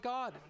God